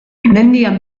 mendian